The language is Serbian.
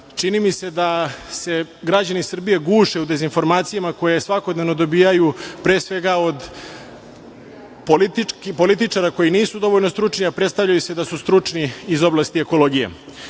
čini mi se da se građani Srbije guše u dezinformacijama koje svakodnevno dobijaju pre svega od političara koji nisu dovoljno stručni, a prestavljaju se da su stručni iz oblasti ekologije. Naravno,